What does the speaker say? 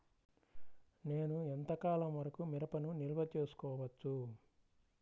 నేను ఎంత కాలం వరకు మిరపను నిల్వ చేసుకోవచ్చు?